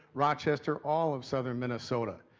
rochester, all of southern minnesota.